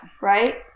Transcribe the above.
right